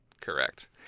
correct